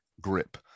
grip